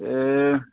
ए